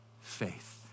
faith